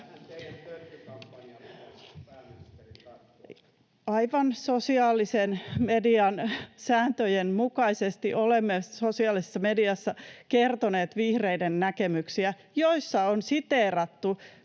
Aivan sosiaalisen median sääntöjen mukaisesti olemme sosiaalisessa mediassa kertoneet vihreiden näkemyksiä, joissa on siteerattu